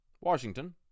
Washington